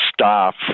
staff